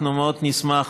אנחנו מאוד נשמח